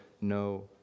no